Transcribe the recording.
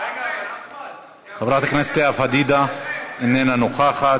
חברת הכנסת לאה פדידה, איננה נוכחת.